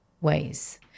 ways